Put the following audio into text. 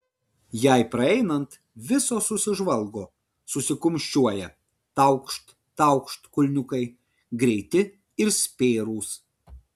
jai praeinant visos susižvalgo susikumščiuoja taukšt taukšt kulniukai greiti ir spėrūs